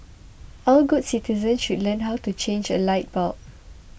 all good citizens should learn how to change a light bulb